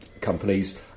companies